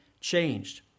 changed